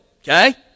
Okay